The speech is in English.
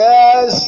Yes